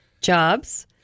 jobs